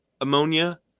ammonia